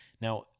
Now